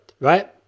right